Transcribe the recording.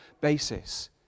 basis